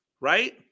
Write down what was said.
Right